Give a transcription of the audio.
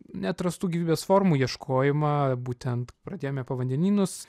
neatrastų gyvybės formų ieškojimą būtent pradėjome po vandenynus